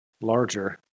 larger